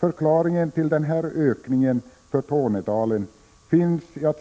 Förklaringen till denna ökning för Tornedalen finns i att